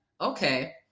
okay